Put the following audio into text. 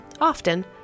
often